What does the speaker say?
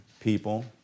people